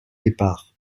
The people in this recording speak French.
départ